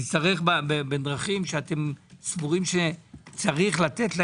נצטרך בדרכים שצריך לתת,